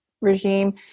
regime